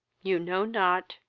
you know not,